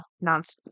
nonsense